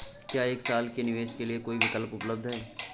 क्या एक साल के निवेश के लिए कोई विकल्प उपलब्ध है?